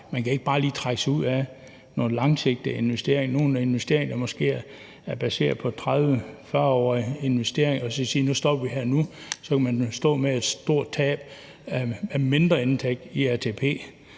kan man ikke bare lige trække sig ud af nogle langsigtede investeringer – hvor det måske er baseret på 30-40-årige investeringer – og så sige, at nu stopper man her. For så kan man jo stå med et stort tab i form af mindreindtægt i ATP,